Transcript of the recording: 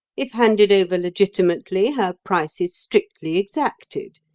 if handed over legitimately, her price is strictly exacted,